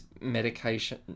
medication